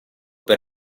per